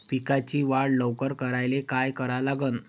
पिकाची वाढ लवकर करायले काय करा लागन?